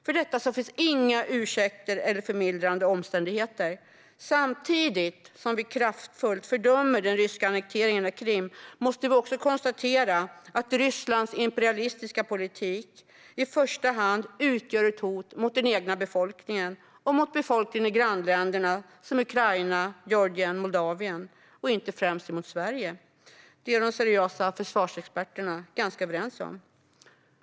För detta finns inga ursäkter eller förmildrande omständigheter. Samtidigt som vi kraftfullt fördömer den ryska annekteringen av Krim måste vi också konstatera att Rysslands imperialistiska politik i första hand utgör ett hot mot den egna befolkningen och mot befolkningen i grannländer som Ukraina, Georgien och Moldavien och inte främst mot Sverige. Det är de seriösa försvarsexperterna ganska överens om.